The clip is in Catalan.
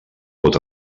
pot